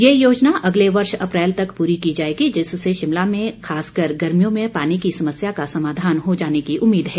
ये योजना अगले वर्ष अप्रैल तक पूरी की जाएगी जिससे शिमला में खास कर गर्मियों में पानी की समस्या का समाधान हो जाने की उम्मीद है